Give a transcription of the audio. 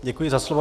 Děkuji za slovo.